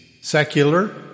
secular